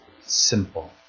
simple